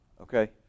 okay